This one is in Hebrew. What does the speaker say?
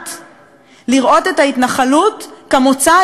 לראות את ההתנחלות כמוצא היחיד של